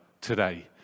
today